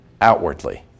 outwardly